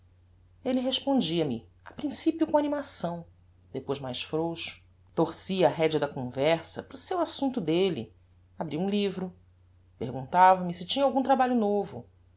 prosas elle respondia me a principio com animação depois mais frouxo torcia a redea da conversa para o seu assumpto delle abria um livro perguntava me se tinha algum trabalho novo